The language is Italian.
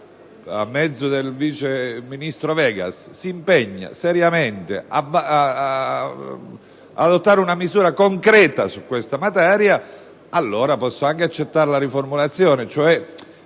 a mezzo del vice ministro Vegas, si impegna seriamente ad adottare una misura concreta in questa materia, allora posso anche accettare la riformulazione.